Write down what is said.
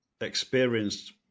experienced